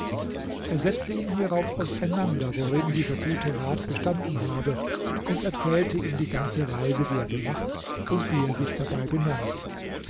er setzte ihm hierauf auseinander worin dieser gute rat bestanden habe und erzählte ihm die ganze reise die er gemacht und wie er sich dabei benommen